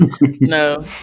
No